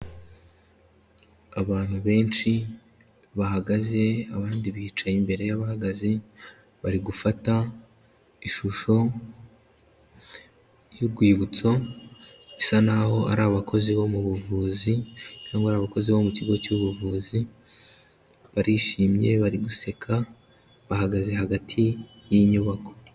Abantu benshi bahagaze, abandi bicaye imbere y'abahagaze, bari gufata ishusho y'urwibutso ,bisa naho ari abakozi bo mu buvuzi cyangwa abakozi bo mu kigo cy'ubuvuzi, barishimye bari guseka, bahagaze hagati y'inyubako.